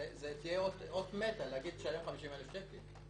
זאת תהיה אות מתה להגיד לו לשלם 50,000 שקל.